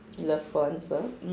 loved ones ah